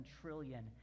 trillion